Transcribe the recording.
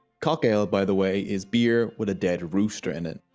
cock ale by the way is beer with a dead rooster in it.